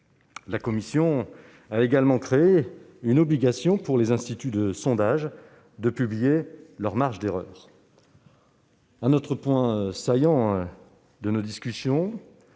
La commission a également créé une obligation pour les instituts de sondage de publier leurs marges d'erreur. Un autre point saillant de nos discussions